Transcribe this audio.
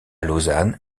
lausanne